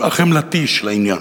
החמלתי של העניין.